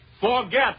forget